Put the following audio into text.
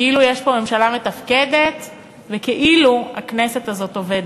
כאילו יש פה ממשלה מתפקדת וכאילו הכנסת הזו עובדת.